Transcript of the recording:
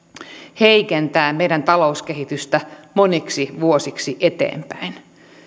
heikentää meidän talouskehitystämme moniksi vuosiksi eteenpäin